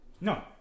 No